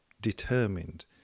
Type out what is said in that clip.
determined